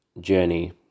journey